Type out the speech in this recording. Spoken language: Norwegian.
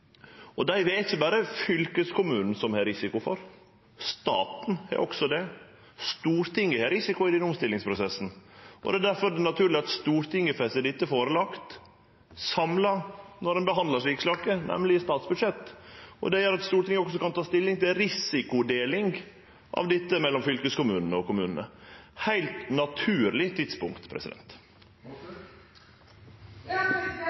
Dei er det ikkje berre fylkeskommunen som har risiko for, staten har også det, Stortinget har risiko i denne omstillingsprosessen. Det er difor naturleg at Stortinget får dette lagt fram for seg – samla – når ein behandlar slike saker, nemleg i statsbudsjettet. Det gjer at Stortinget også kan ta stilling til risikodelinga av dette mellom fylkeskommunane og kommunane – eit heilt naturleg tidspunkt.